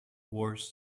worse